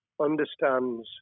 understands